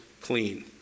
clean